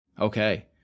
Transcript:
Okay